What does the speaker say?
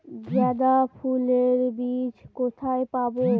গাঁদা ফুলের বীজ কোথায় পাবো?